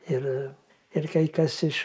ir ir kai kas iš